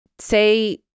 Say